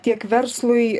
tiek verslui